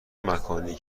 مکانی